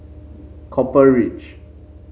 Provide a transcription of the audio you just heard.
Copper Ridge